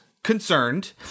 Concerned